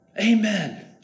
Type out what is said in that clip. Amen